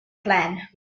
plan